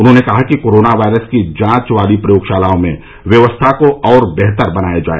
उन्होंने कहा कि कोरोना वायरस की जांच वाली प्रयोगशालाओं में व्यवस्था को और बेहतर बनाया जाए